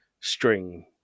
string